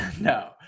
no